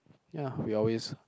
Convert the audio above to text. ya we are always